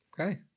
Okay